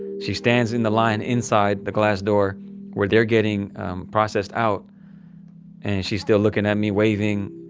she stands in the line inside the glass door where they're getting processed out and she's still looking at me, waving,